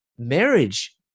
Marriage